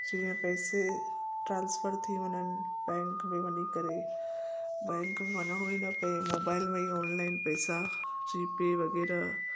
जीअं पैसे ट्रांसफर थी वञनि बैंक में वञी करे बैंक में वञिणो ई न पिए मोबाइल में ई ओनलाइन पैसा जी पे वग़ैरह